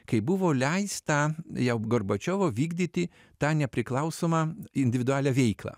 kai buvo leista jau gorbačiovo vykdyti tą nepriklausomą individualią veiklą